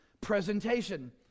presentation